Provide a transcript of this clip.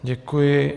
Děkuji.